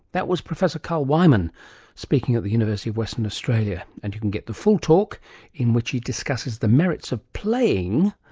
that was professor carl wieman speaking at the university of western australia. and you can get the full talk in which he discusses the merits of playing,